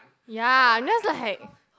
ya I'm just like